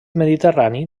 mediterrani